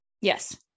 Yes